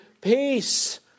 peace